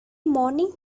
morning